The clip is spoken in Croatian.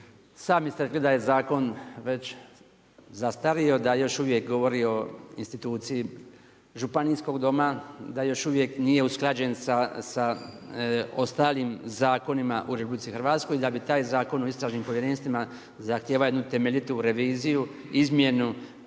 sami ste rekli da je zakon već zastario, da još uvijek govori o instituciji Županijskog doma, da još uvijek nije usklađen sa ostalim zakonima u RH, da taj Zakon o istražnim povjerenstvima zahtijeva jednu temeljitu reviziju, izmjenu,